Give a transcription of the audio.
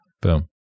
Boom